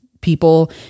people